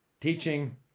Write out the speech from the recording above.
teaching